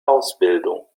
ausbildung